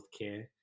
healthcare